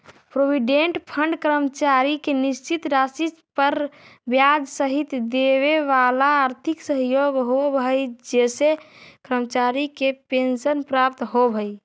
provident fund कर्मचारी के निश्चित राशि पर ब्याज सहित देवेवाला आर्थिक सहयोग होव हई जेसे कर्मचारी के पेंशन प्राप्त होव हई